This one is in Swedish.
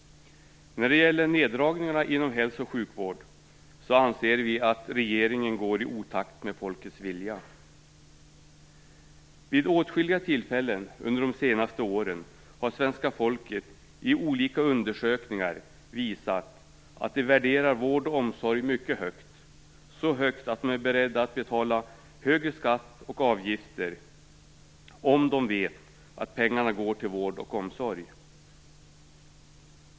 När det gäller neddragningarna inom hälso och sjukvården anser vi att regeringen går i otakt med folkets vilja. Vid åtskilliga tillfällen under de senaste åren har svenska folket i olika undersökningar visat att man värderar vård och omsorg mycket högt - ja, så högt att man är beredd att betala högre skatt och avgifter om man vet att pengarna går till vård och omsorg.